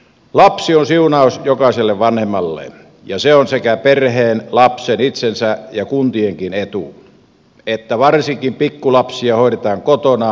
lapsi on siunaus jokaiselle vanhemmalle ja se on sekä perheen lapsen itsensä ja kuntienkin etu että varsinkin pikkulapsia hoidetaan kotona mahdollisimman pitkään